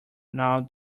now